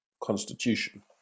constitution